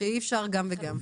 שאי אפשר גם וגם.